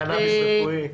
קנביס רפואי.